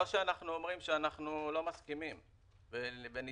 שאנחנו אומרים שאנחנו לא מסכימים ונתנגד.